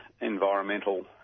environmental